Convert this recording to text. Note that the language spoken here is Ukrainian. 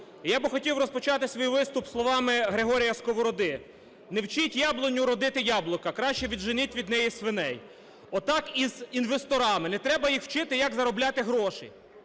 я би хотів розпочати свій виступ словами Григорія Сковороди: "Не вчить яблуню родити яблука, краще відженіть від неї свиней!" Отак і з інвесторами: не треба їх вчити, як заробляти гроші,